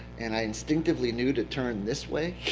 and i instinctively knew to turn this way